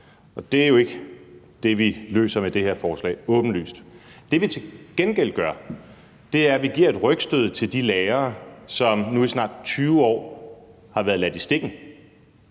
Og det er jo ikke det, vi løser med det her forslag – åbenlyst. Det, vi til gengæld gør, er, at vi giver et rygstød til de lærere, som nu i snart 20 år har været ladt i stikken.